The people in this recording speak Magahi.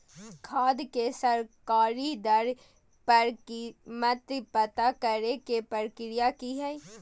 खाद के सरकारी दर पर कीमत पता करे के प्रक्रिया की हय?